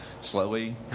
slowly